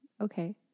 Okay